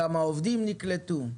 כמה עובדים נקלטו,